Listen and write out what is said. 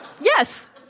Yes